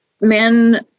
men